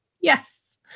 yes